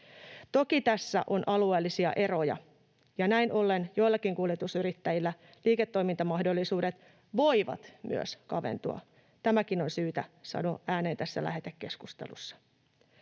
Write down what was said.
Toki tässä on alueellisia eroja, ja näin ollen joillakin kuljetusyrittäjillä liiketoimintamahdollisuudet voivat myös kaventua. Tämäkin on syytä sanoa ääneen tässä lähetekeskustelussa.